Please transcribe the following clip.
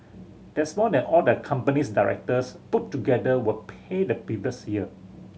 that's more than all the company's directors put together were paid the previous year